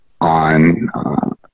on